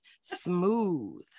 smooth